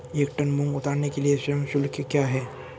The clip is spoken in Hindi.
एक टन मूंग उतारने के लिए श्रम शुल्क क्या है?